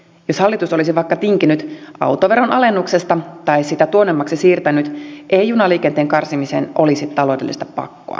jos hallitus olisi vaikka tinkinyt autoveron alennuksesta tai sitä tuonnemmaksi siirtänyt ei junaliikenteen karsimiseen olisi taloudellista pakkoa